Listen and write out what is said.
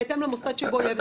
בהתאם למוסד שבו הוא יהיה.